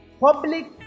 public